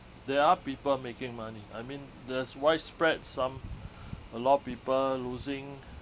there are people making money I mean there's widespread some a lot of people losing